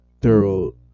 thorough